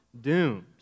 doomed